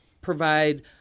provide